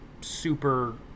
super